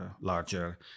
larger